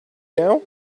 now